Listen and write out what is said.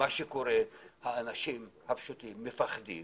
האנשים הפשוטים מפחדים